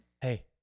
hey